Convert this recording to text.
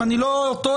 אם אני לא טועה,